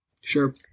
Sure